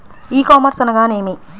ఈ కామర్స్ అనగా నేమి?